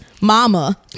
mama